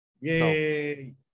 Yay